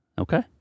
Okay